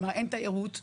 כלומר אין תיירות נכנסת,